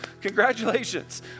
congratulations